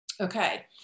Okay